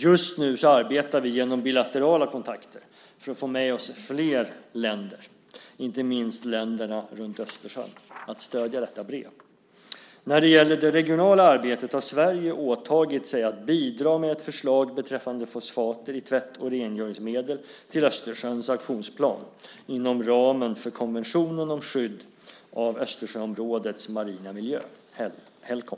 Just nu arbetar vi, genom bilaterala kontakter, för att få med oss flera länder, inte minst länderna runt Östersjön, att stödja detta brev. När det gäller det regionala arbetet har Sverige åtagit sig att bidra med ett förslag beträffande fosfater i tvätt och rengöringsmedel till Östersjöns aktionsplan inom ramen för konventionen om skydd av Östersjöområdets marina miljö, Helcom.